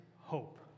hope